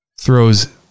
Throws